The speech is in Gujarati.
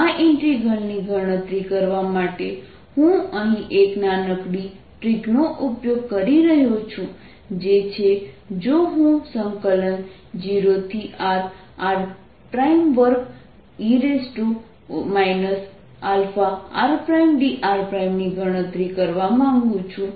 આ ઇન્ટિગ્રલ ની ગણતરી કરવા માટે હું અહીં એક નાનકડી ટ્રિક નો ઉપયોગ કરી રહ્યો છું જે છે જો હું 0rr2e αrdr ગણતરી કરવા માંગું છું